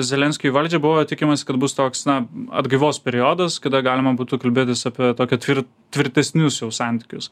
zelenskiui į valdžią buvo tikimasi kad bus toks na atgaivos periodas kada galima būtų kalbėtis apie tokią tvir tvirtesnius jau santykius